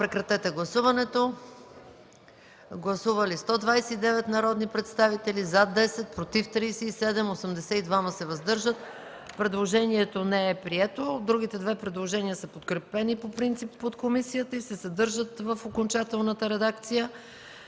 22. Моля, гласувайте. Гласували 129 народни представители: за 10, против 37, въздържали се 82. Предложението не е прието. Другите две предложения са подкрепени по принцип от комисията и се съдържат в окончателната редакция